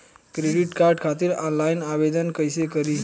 Credit card खातिर online आवेदन कइसे करि?